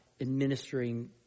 administering